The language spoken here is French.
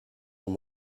dans